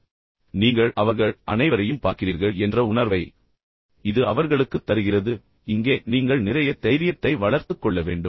எனவே நீங்கள் அவர்கள் அனைவரையும் பார்க்கிறீர்கள் என்ற உணர்வை இது அவர்களுக்குத் தருகிறது ஆனால் நீங்கள் கண் தொடர்பைப் பராமரிக்க வேண்டும் என்பது முக்கியம் இங்கே நீங்கள் நிறைய தைரியத்தை வளர்த்துக் கொள்ள வேண்டும்